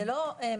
זה לא משהו.